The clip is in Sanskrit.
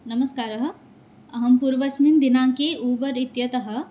नमस्कारः अहं पूर्वस्मिन् दिनाङ्के ऊबर् इत्यतः